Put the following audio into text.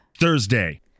Thursday